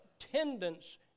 attendance